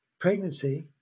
Pregnancy